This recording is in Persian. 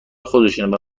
خودشونه